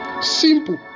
simple